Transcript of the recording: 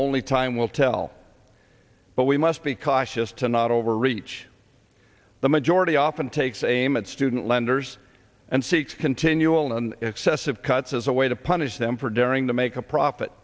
only time will tell but we must be cautious to not overreach the majority often takes aim at student lenders and seeks continual and excessive cuts as a way to punish them for daring to make a profit